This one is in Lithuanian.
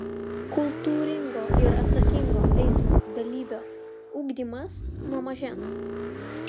kultūringo ir atsakingo eismo dalyvio ugdymas nuo mažens